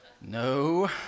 No